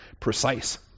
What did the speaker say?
precise